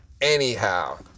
Anyhow